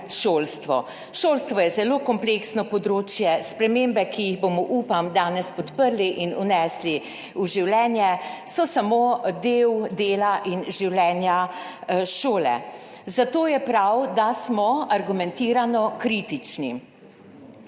Šolstvo je zelo kompleksno področje. Spremembe, ki jih bomo, upam, danes podprli in vnesli v življenje, so samo del dela in življenja šole, zato je prav, da smo argumentirano kritični.